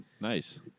Nice